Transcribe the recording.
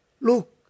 look